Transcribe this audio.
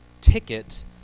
ticket